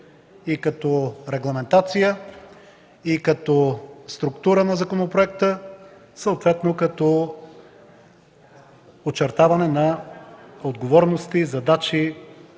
и като регламентация, и като структура на законопроекта, съответно като очертаване на отговорности, задачи,